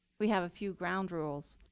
we have a few ground rules.